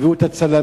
הביאו את הצלמים,